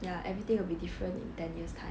ya everything will be different in ten years' time